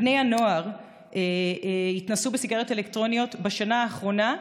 בני הנוער התנסו בסיגריות אלקטרוניות בשנה האחרונה,